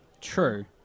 True